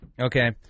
Okay